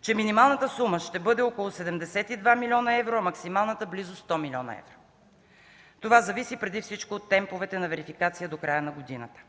че минималната сума ще бъде около 72 млн. евро, а максималната близо 100 млн. евро. Това зависи преди всичко от темповете на верификация до края на годината.